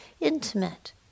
intimate